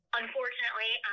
unfortunately